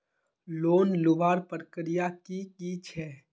Loan लुबार प्रक्रिया की की छे?